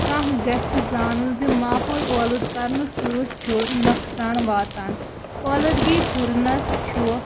کانٛہہ گژھِ زانُن زِ ماحول اولوٗدٕ کَرنہٕ سۭتۍ چھُ نۄقصان واتان اولوٗدگی ہُرنَس چھُ